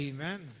Amen